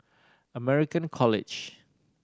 American College